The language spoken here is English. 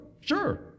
Sure